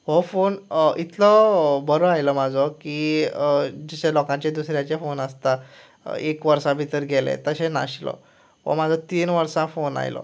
हो फोन इतलो बरो आयलो म्हाजो की जशें लोकांचें दुसऱ्यांचे फोन आसता एक वर्सा भितर गेले तशें नासलो हो म्हजो तीन वर्सां फोन आयलो